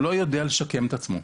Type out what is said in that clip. הוא לא יודע לשקם את עצמו.